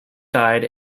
died